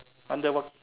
under what